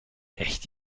echt